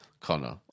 Connor